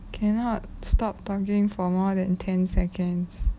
cannot stop talking for more than ten seconds